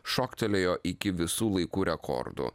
šoktelėjo iki visų laikų rekordų